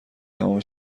تمام